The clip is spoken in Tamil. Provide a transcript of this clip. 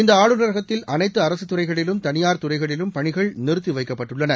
இந்த ஆளுநரகத்தில் அனத்து அரசு துறைகளிலும் தனியார் துறைகளிலும் பணிகள் நிறுத்தி வைக்கப்பட்டுள்ளன